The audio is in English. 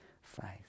faith